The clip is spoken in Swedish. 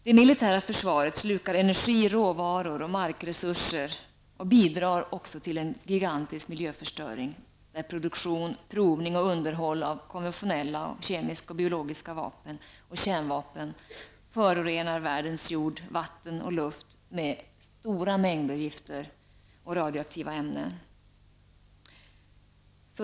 Det militära försvaret slukar energi, råvaror, markresurser och bidrar också till en gigantisk miljöförstöring, där produktion, provning och underhåll av konventionella, kemiska samt biologiska vapen och kärnvapen förorenar världens jord, vatten och luft med stora mängder gifter och radioaktiva ämnen.